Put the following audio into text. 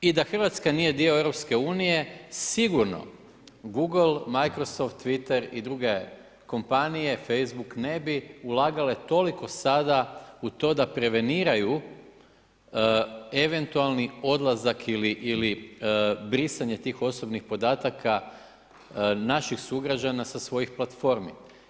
I da Hrvatska nije dio EU, sigurno Google, Microsoft, Twitter i druge kompanije, Facebook ne bi ulagale toliko sada u to da preveniraju, eventualni odlazak ili brisanje tih osobnih podataka naših sugrađana sa svojih platformi.